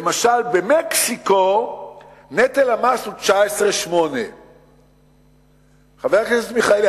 למשל במקסיקו נטל המס הוא 19.8%. חבר הכנסת מיכאלי,